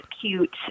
cute